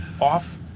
off